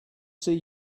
see